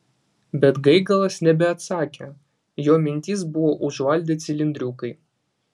bet gaigalas nebeatsakė jo mintis buvo užvaldę cilindriukai